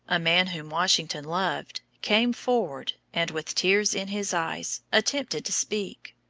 a man whom washington loved, came forward and with tears in his eyes, attempted to speak.